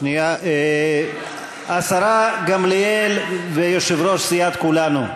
השרה גמליאל ויושב-ראש סיעת כולנו.